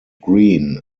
green